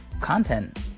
content